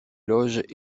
loges